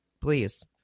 please